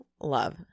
Love